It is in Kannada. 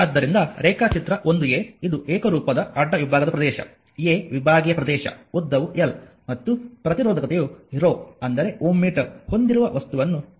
ಆದ್ದರಿಂದ ರೇಖಾಚಿತ್ರ 1 ಇದು ಏಕರೂಪದ ಅಡ್ಡ ವಿಭಾಗದ ಪ್ರದೇಶ A ವಿಭಾಗೀಯ ಪ್ರದೇಶ ಉದ್ದವು l ಮತ್ತು ಪ್ರತಿರೋಧಕತೆಯು ರೋ ಅಂದರೆ Ω ಮೀಟರ್ ಹೊಂದಿರುವ ವಸ್ತುವನ್ನು ತೋರಿಸುತ್ತದೆ